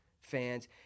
fans